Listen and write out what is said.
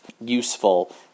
useful